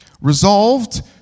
Resolved